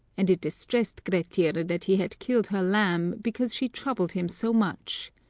and it distressed grettir that he had killed her lamb, because she troubled him so much.